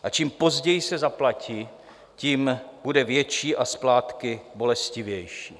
A čím později se zaplatí, tím bude větší a splátky bolestivější.